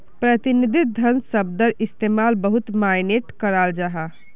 प्रतिनिधि धन शब्दर इस्तेमाल बहुत माय्नेट कराल जाहा